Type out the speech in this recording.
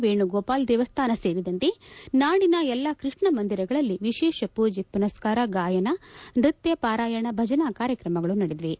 ವೇಣುಗೋಪಾಲ ದೇವಸ್ಥಾನ ಸೇರಿದಂತೆ ನಾಡಿನ ಎಲ್ಲ ಕೃಷ್ಣ ಮಂದಿರಗಳಲ್ಲಿ ವಿಶೇಷ ಮೂಜೆ ಮನಸ್ಕಾರ ಗಾಯನ ನೃತ್ಯ ಪಾರಾಯಣ ಭಜನಾ ಕಾರ್ಯಕ್ರಮಗಳು ನಡೆದಿವೆ